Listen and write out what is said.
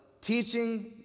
teaching